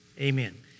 Amen